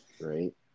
right